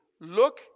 Look